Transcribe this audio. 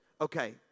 Okay